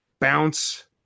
bounce